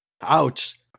Ouch